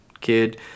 kid